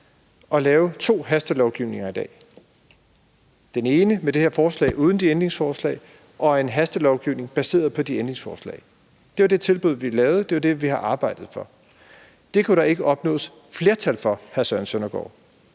at lave to hastelovgivninger i dag – den ene var det her forslag uden de ændringsforslag, og den anden var en hastelovgivning baseret på de ændringsforslag. Det var det tilbud, vi lavede. Det er det, vi har arbejdet for. Det kunne der ikke opnås flertal for, hr. Søren Søndergaard,